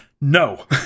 No